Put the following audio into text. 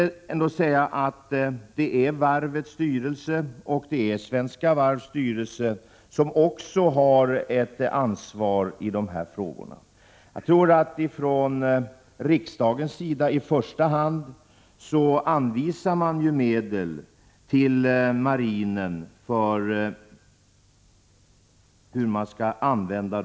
Men det är Karlskronavarvets, och Svenska Varvs, styrelse som har ett ansvar i dessa frågor. Från riksdagens sida anslår man i första hand medel till marinen och anvisar hur dessa skall användas.